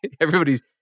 everybody's